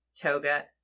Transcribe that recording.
Toga